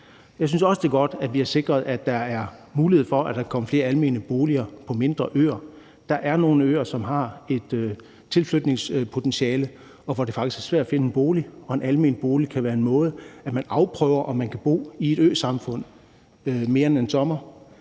det er godt, at vi har sikret, at der er mulighed for, at der kan komme flere almene boliger på mindre øer. Der er nogle øer, som har et tilflytningspotentiale, og hvor det faktisk er svært at finde en bolig. Og at bo i en almen bolig kan være en måde til at afprøve, om man kan bo i et øsamfund mere end en sommer